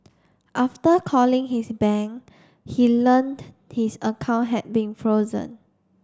after calling his bank he learnt his account had been frozen